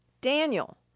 Daniel